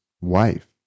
wife